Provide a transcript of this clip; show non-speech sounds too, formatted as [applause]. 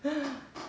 [breath]